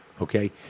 okay